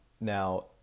Now